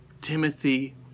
Timothy